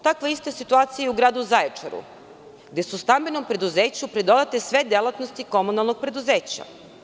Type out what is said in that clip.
Takva je ista situacija i u gradu Zaječaru, gde su stambenom preduzeću pridodate sve delatnosti komunalnog preduzeća.